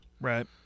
Right